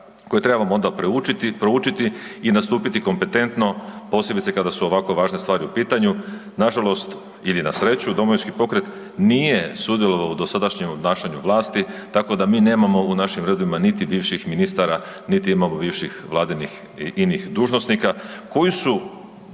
koje trebamo onda proučiti i nastupiti kompetentno posebice kada su ovako važne stvari u pitanju. Nažalost ili na sreću, Domovinski pokret nije sudjelovao u dosadašnjem obnašanju vlasti, tako da mi nemamo u našim redovima niti bivšim ministara niti imamo bivših vladinim i inih dužnosnika koji su